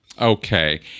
okay